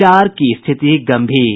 चार की स्थिति गंभीर